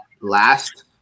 last